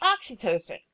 oxytocin